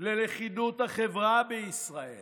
ללכידות החברה בישראל